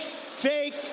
fake